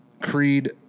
Creed